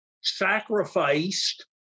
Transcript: sacrificed